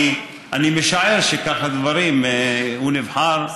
אני משער שכך הדברים, הוא נבחר.